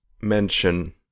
mention